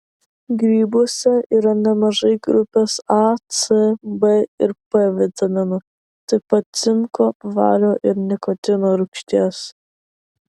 grybuose yra nemažai grupės a c b ir p vitaminų taip pat cinko vario ir nikotino rūgšties